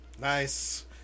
Nice